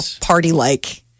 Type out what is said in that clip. party-like